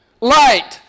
light